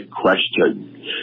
question